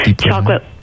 chocolate